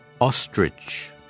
ostrich